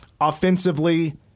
Offensively